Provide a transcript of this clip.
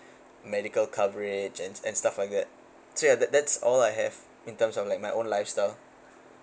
medical coverage and and stuff like that so ya that that's all I have in terms of like my own lifestyle